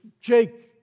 Jake